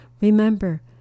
Remember